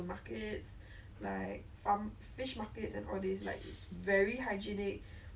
ya you see I regret the reason why I didn't go for the your trip like with the parents to